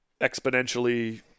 exponentially